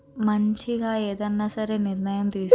మంచిగా ఏదన్నా సరే నిర్ణయం తీసుకో